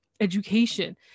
education